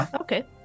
okay